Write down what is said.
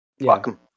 Welcome